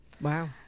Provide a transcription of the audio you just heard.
wow